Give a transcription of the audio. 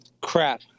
Crap